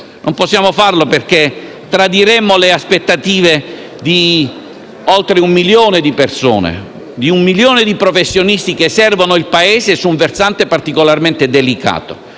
Non possiamo farlo, perché tradiremmo le aspettative di oltre un milione di persone, un milione di professionisti che servono il Paese su un versante particolarmente delicato.